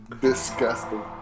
Disgusting